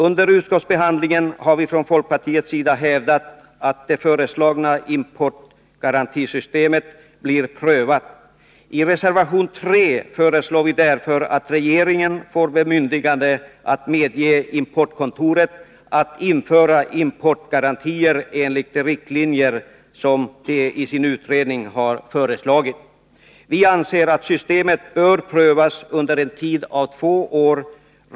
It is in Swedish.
Under utskottsbehandlingen har vi från folkpartiets sida hävdat att det föreslagna importgarantisystemet bör prövas. I reservation 3 föreslår vi därför att regeringen får bemyndigande att medge importkontoret att införa importgarantier enligt de riktlinjer som utredningen föreslagit. Vi anser att systemet bör prövas under en tid av två år.